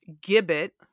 gibbet